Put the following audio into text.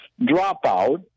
Dropout